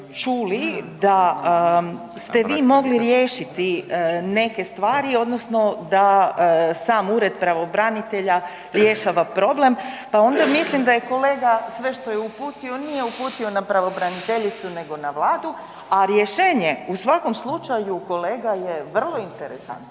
da ste vi mogli riješiti neke stvari odnosno da sam Ured pravobranitelja rješava problem, pa onda mislim da je kolega sve što je uputio nije uputio na pravobraniteljicu nego na Vladu, a rješenje u svakom slučaju kolega je vrlo interesantno.